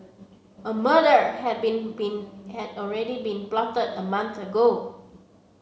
a murder had been been had already been plotted a month ago